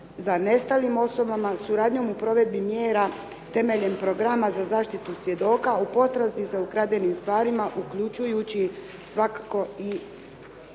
za nestalim osobama, suradnjom u provedbi mjera temeljem programa za zaštitu svjedoka, u potrazi za ukradenim stvarima uključujući svakako i